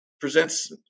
presents